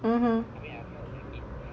(uh huh)